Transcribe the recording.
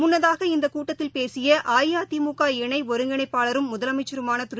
முள்ளதாக இந்தகூட்டத்தில் பேசியஅஇஅதிமுக இணைஒருங்கிணைப்பாளரும் முதலனமச்சருமானதிரு